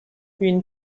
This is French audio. une